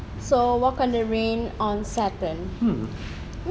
so walk on the rain on saturn